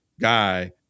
guy